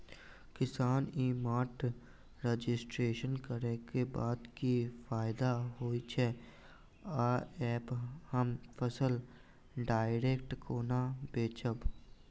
किसान e mart registration करै केँ बाद की फायदा होइ छै आ ऐप हम फसल डायरेक्ट केना बेचब?